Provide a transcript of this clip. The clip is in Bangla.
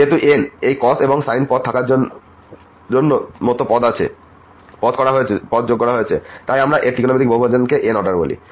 যেহেতু n এর এই cos এবং sin পদ থাকার জন্য মতো পদ যোগ করা হয়েছে তাই আমরা এর এই ত্রিকোণমিতিক বহুবচনকে অর্ডার n বলি